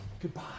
Goodbye